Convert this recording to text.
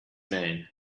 man